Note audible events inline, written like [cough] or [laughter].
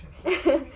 [laughs]